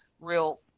real